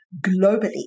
globally